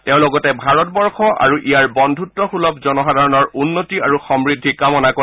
তেওঁ লগতে ভাৰতবৰ্ষ আৰু ইয়াৰ বন্ধুসূলভ জনসাধাৰণৰ উন্নতি আৰু সমূদ্ধি কামনা কৰে